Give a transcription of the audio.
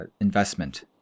investment